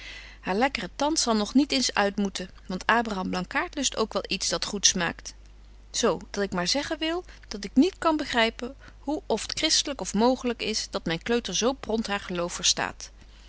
haar lekkere tant zal nog niet eens uitmoeten want abraham blankaart lust ook wel iets dat goed smaakt zo dat ik maar zeggen wil dat ik niet kan begrypen hoe of t christelyk of mooglyk is dat myn kleuter zo pront haar geloof verstaat